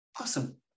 awesome